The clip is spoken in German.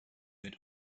mit